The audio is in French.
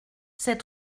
c’est